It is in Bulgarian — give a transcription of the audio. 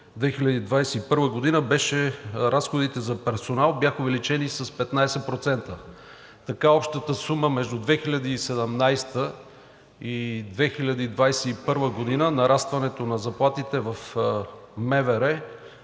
2021 г., разходите за персонал бяха увеличени с 15%. Така общата сума между 2017 г. и 2021 г. – нарастването на заплатите в МВР,